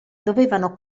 dovevano